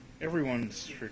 Everyone's